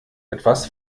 etwas